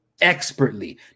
expertly